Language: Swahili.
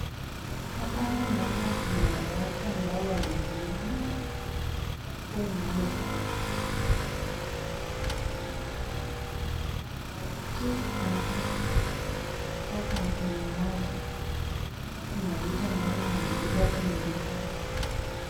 Watu ambao wamesimama na wanavaa nguo inayofanana na ni wanawake kwa wanaume .Inaonekana kua hawa watu wanafanya kazi katika kampuni moja na kuna vitu ambayo wamebeba kwenye mikono yao.